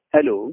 Hello